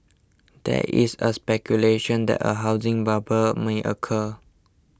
there is a speculation that a housing bubble may occur